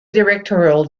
directorial